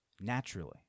naturally